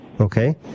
Okay